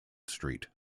street